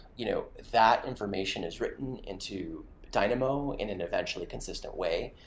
you know that information is written into dynamo in an eventually consistent way.